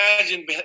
imagine